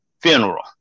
funeral